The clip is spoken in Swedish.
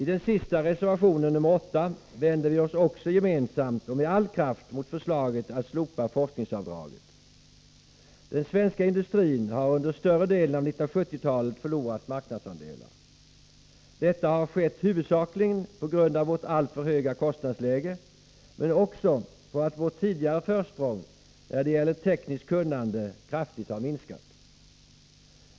I den sista reservationen, nr 8, vänder vi oss gemensamt och med all kraft mot förslaget att slopa forskningsavdraget. Den svenska industrin har under större delen av 1970-talet förlorat marknadsandelar. Detta har skett huvudsakligen på grund av vårt alltför höga kostnadsläge, men också på grund av att vårt tidigare försprång när det gäller tekniskt kunnande kraftigt har minskat.